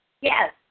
Yes